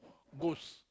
ghost